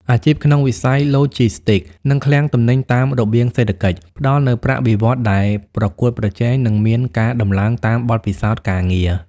អាជីពក្នុងវិស័យឡូជីស្ទីក និងឃ្លាំងទំនិញតាមរបៀងសេដ្ឋកិច្ច ផ្តល់នូវប្រាក់បៀវត្សរ៍ដែលប្រកួតប្រជែង និងមានការដំឡើងតាមបទពិសោធន៍ការងារ។